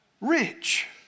rich